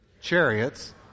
chariots